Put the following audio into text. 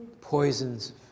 poisons